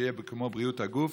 שיהיה כמו בריאות הגוף,